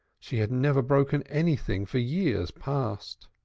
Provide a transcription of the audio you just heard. she had never broken anything for years past.